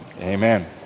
Amen